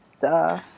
duh